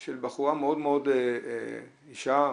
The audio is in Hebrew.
של בחורה מאוד מאוד היא אישה,